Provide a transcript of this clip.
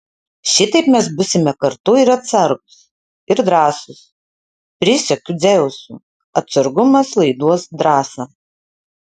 šitaip mes būsime kartu ir atsargūs ir drąsūs prisiekiu dzeusu atsargumas laiduos drąsą